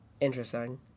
Interesting